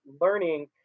learning